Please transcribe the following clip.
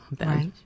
Right